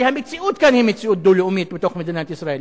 כי המציאות כאן היא מציאות דו-לאומית בתוך מדינת ישראל.